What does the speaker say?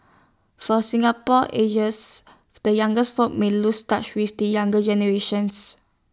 so Singapore ages the youngest folk may lose touch with the younger generation